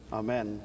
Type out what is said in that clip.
amen